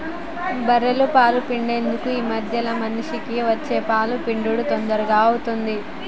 బఱ్ఱె పాలు పిండేందుకు ఈ మధ్యన మిషిని వచ్చి పాలు పిండుడు తొందరగా అయిపోతాంది